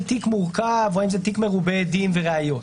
תיק מורכב או האם זה תיק מרובה עדים וראיות.